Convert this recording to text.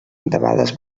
debades